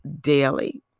daily